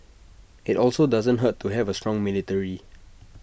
IT also doesn't hurt to have A strong military